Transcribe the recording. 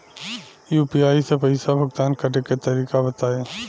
UPI से पईसा भुगतान करे के तरीका बताई?